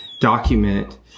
document